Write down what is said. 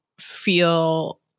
feel